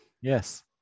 Yes